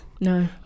No